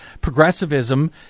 progressivism